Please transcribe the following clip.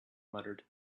muttered